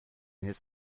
his